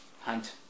hunt